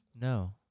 No